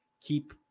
keep